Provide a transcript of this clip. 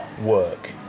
work